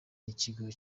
n’ikigo